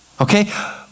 Okay